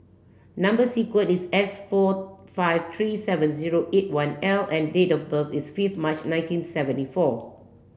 number sequence is S four five three seven zero eight one L and date of birth is fifth March nineteen seventy four